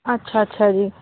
ਅੱਛਾ ਅੱਛਾ ਜੀ